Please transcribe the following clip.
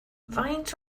faint